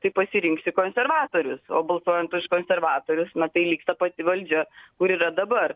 tai pasirinksi konservatorius o balsuojant už konservatorius na tai liks ta pati valdžia kur yra dabar